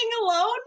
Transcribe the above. alone